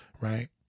right